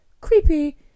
creepy